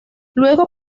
luego